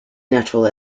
natural